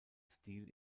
stil